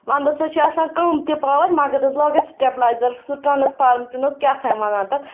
وَنٛدَس حظ چھِ آسان کَم تہِ پاوَر مگر حظ لاگان سٹٮ۪بلایزَر سُہ ٹرٛانَسفارمَر چھُ نہ حظ کیٛاہ تھانۍ وَنان تَتھ